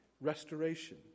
restoration